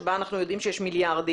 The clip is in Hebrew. שבה אנחנו יודעים שיש מיליארדים,